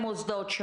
דיברת כבר,